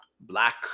black